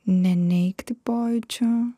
ne neigti pojūčio